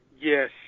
Yes